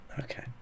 Okay